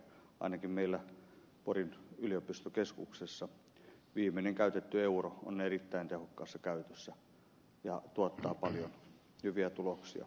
ainakin meillä porin yliopistokeskuksessa viimeinen käytetty euro on erittäin tehokkaassa käytössä ja tuottaa paljon hyviä tuloksia